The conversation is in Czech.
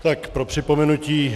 Tak pro připomenutí.